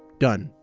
done.